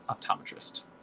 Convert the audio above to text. optometrist